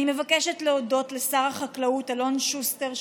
אני מבקשת להודות לשר החקלאות אלון שוסטר,